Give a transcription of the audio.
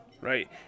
right